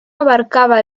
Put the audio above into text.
abarcaba